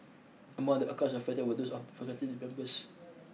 among the accounts affected were those members